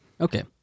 Okay